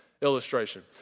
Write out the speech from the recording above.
illustration